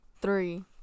Three